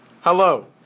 Hello